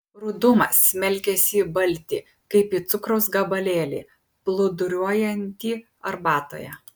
rudumas smelkiasi į baltį kaip į cukraus gabalėlį plūduriuojantį arbatoje